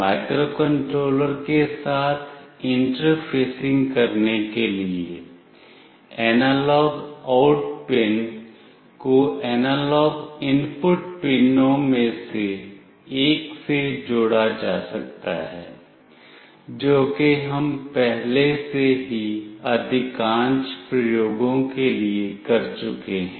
microcontroller के साथ interfacing करने के लिए एनालॉग आउट पिन को एनालॉग इनपुट पिनों में से एक से जोड़ा जा सकता है जो कि हम पहले से ही अधिकांश प्रयोगों के लिए कर चुके हैं